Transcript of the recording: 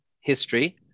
history